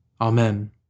Amen